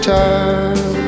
time